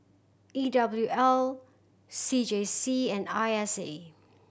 E W L C J C and I S A